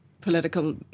political